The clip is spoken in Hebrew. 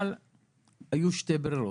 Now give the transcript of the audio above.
אבל היו שתי ברירות: